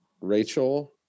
Rachel